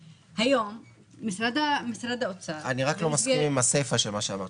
היום משרד האוצר --- אני רק לא מסכים עם הסיפא של מה שאמרת,